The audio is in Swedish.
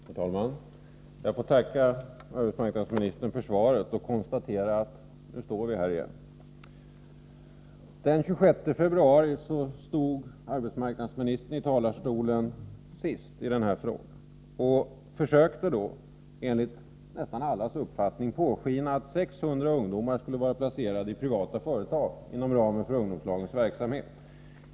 Herr talman! Jag får tacka arbetsmarknadsministern för svaret och konstatera att vi nu står här igen. Den senaste gången arbetsmarknadsministern stod i talarstolen och talade i den här frågan var den 26 februari, och då försökte hon enligt nästan allas uppfattning påskina att 600 ungdomar skulle vara placerade i privata företag inom ramen för ungdomslagens verksamhet.